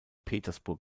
petersburg